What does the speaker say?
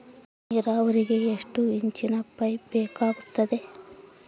ನೇರಾವರಿಗೆ ಎಷ್ಟು ಇಂಚಿನ ಪೈಪ್ ಬೇಕಾಗುತ್ತದೆ?